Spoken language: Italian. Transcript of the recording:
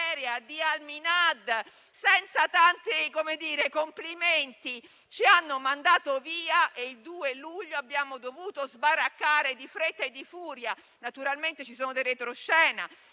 di Al Minhad. Senza tanti complimenti, ci hanno mandato via e il 2 luglio abbiamo dovuto sbaraccare in fretta e furia. Naturalmente ci sono dei retroscena